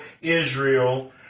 Israel